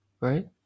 right